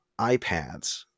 iPads